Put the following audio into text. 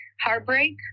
Heartbreak